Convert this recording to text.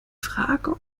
frage